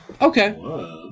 Okay